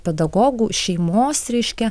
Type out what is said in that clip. pedagogų šeimos reiškia